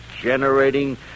generating